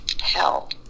hell